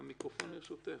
המיקרופון לרשותך.